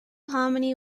harmony